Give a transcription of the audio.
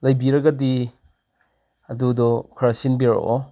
ꯂꯩꯕꯤꯔꯒꯗꯤ ꯑꯗꯨꯗꯣ ꯈꯔ ꯁꯤꯟꯕꯤꯔꯛꯑꯣ